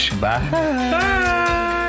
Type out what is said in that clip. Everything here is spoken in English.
Bye